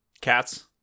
Cats